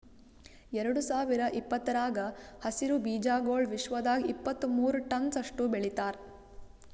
ಎರಡು ಸಾವಿರ ಇಪ್ಪತ್ತರಾಗ ಹಸಿರು ಬೀಜಾಗೋಳ್ ವಿಶ್ವದಾಗ್ ಇಪ್ಪತ್ತು ಮೂರ ಟನ್ಸ್ ಅಷ್ಟು ಬೆಳಿತಾರ್